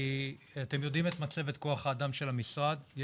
אתם יודעים את מצבת כוח האדם של המשרד,